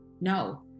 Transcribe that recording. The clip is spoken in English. No